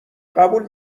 قبول